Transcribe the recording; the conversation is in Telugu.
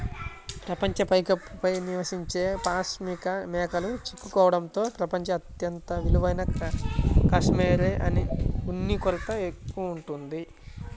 ప్రపంచ పైకప్పు పై నివసించే పాష్మినా మేకలు చిక్కుకోవడంతో ప్రపంచం అత్యంత విలువైన కష్మెరె ఉన్ని కొరత ఎక్కువయింది